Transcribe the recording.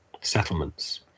settlements